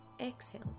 exhale